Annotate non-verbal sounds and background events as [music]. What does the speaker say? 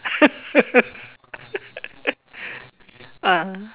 [laughs] ah